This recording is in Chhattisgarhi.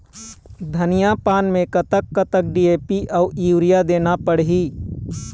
धनिया पान मे कतक कतक डी.ए.पी अऊ यूरिया देना पड़ही?